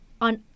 on